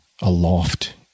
aloft